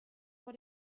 vor